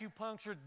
acupuncture